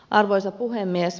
arvoisa puhemies